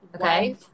Okay